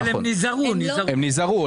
הם נזהרו.